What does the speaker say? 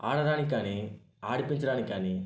ఆడడానికానీ ఆడిపించడానికి కానీ